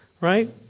right